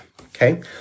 okay